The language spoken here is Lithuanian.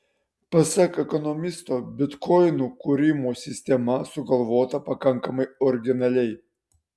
pasak ekonomisto bitkoinų kūrimo sistema sugalvota pakankamai originaliai